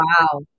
Wow